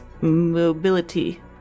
mobility